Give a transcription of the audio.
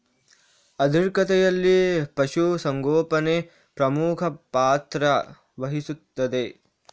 ಆರ್ಥಿಕತೆಯಲ್ಲಿ ಪಶು ಸಂಗೋಪನೆ ಪ್ರಮುಖ ಪಾತ್ರ ವಹಿಸುತ್ತದೆ